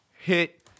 hit